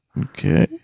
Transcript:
Okay